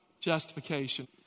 justification